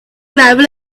gravel